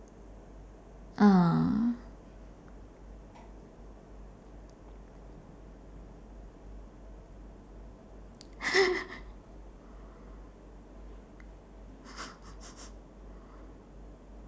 ah